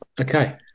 Okay